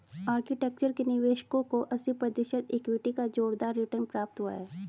architecture के निवेशकों को अस्सी प्रतिशत इक्विटी का जोरदार रिटर्न प्राप्त हुआ है